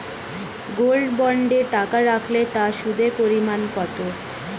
Gold বন্ডে টাকা রাখলে তা সুদের পরিমাণ কত?